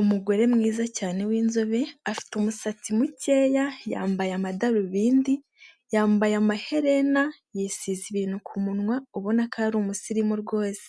Umugore mwiza cyane w'inzobe afite umusatsi mukeya, yambaye amadarubindi, yambaye amaherena, yisize ibintu ku munwa ubona ko yari umusirimu rwose,